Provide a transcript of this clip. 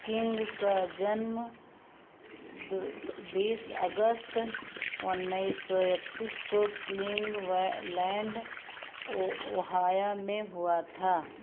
king का जन्म बीस अगस्त उन्नीस सौ एकतीस को क्लिंगवाइलैंड ओ ओहाया में हुआ था